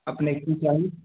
अपनेके की चाही